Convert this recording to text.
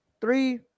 three